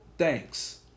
thanks